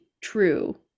true